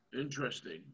Interesting